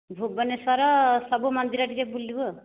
ଭୁବନେଶ୍ୱର ସବୁ ମନ୍ଦିର ଟିକିଏ ବୁଲିବୁ ଆଉ